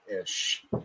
ish